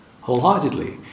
wholeheartedly